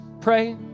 pray